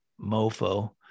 mofo